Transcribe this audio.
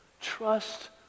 Trust